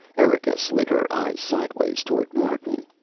erika slid her eyes sidewise toward martin.